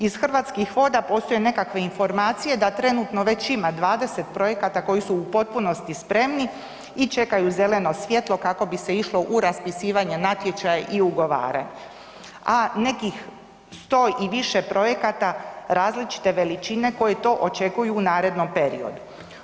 Iz Hrvatskih voda postoje nekakve informacije da trenutno već ima 20 projekata koji su u potpunosti spremni i čekaju zeleno svjetlo kako bi se išlo u raspisivanje natječaja i ugovaranje a nekih 100 i više projekata različite veličine koji to očekuju u narednom periodu.